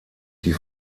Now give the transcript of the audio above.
die